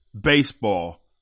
baseball